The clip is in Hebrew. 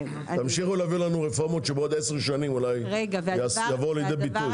תמשיכו להביא לנו רפורמות שעוד עשר שנים אולי יבואו לידי ביטוי.